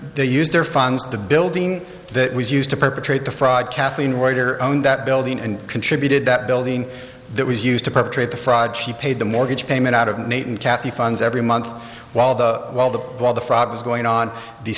they used their funds the building that was used to perpetrate the fraud kathleen reuter own that building and contributed that building that was used to perpetrate the fraud she paid the mortgage payment out of nate and kathy funds every month while the while the while the fraud was going on the